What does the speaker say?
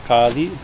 Kali